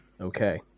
Okay